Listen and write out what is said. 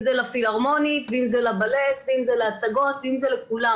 אם זה לפילהרמונית ואם זה לבלט ואם זה להצגות ואם זה לכולם.